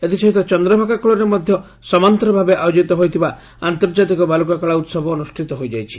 ଏଥିସହିତ ଚନ୍ଦ୍ରଭାଗା କୁଳରେ ମଧ୍ୟ ସମାନ୍ତର ଭାବରେ ଆୟୋଜିତ ହୋଇଥିବା ଆନ୍ତଜାର୍ତିକ ବାଲୁକା କଳା ଉହବ ଅନୁଷ୍ବିତ ହୋଇଯାଇଛି